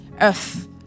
earth